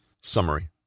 Summary